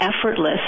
effortless